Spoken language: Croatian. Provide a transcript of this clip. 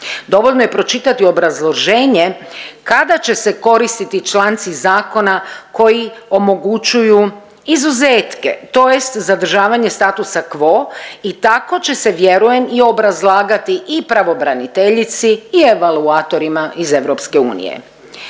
Dovoljno je pročitati obrazloženje kada će se koristiti članci zakona koji omogućuju izuzetke, tj. zadržavanje statusa quo i tako će se vjerujem i obrazlagati i pravobraniteljici i evaluatorima iz EU.